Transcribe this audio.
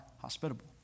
hospitable